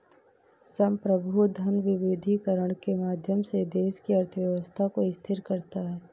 संप्रभु धन विविधीकरण के माध्यम से देश की अर्थव्यवस्था को स्थिर करता है